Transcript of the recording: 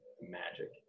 magic